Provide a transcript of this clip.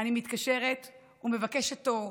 אני מתקשרת ומבקשת תור,